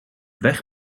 weg